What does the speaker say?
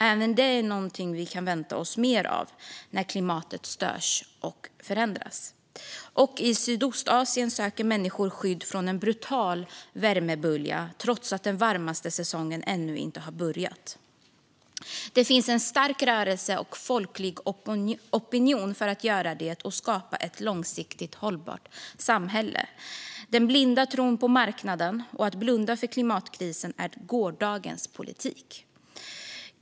Även det är något som vi kan vänta oss mer av när klimatet störs och förändras. Och i Sydostasien söker människor skydd från en brutal värmebölja, trots att den varmaste säsongen ännu inte har börjat. Det finns en stark rörelse och folklig opinion för att skapa ett långsiktigt hållbart samhälle. Den blinda tron på marknaden och att blunda för klimatkrisen är gårdagens politik.